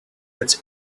its